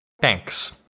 Thanks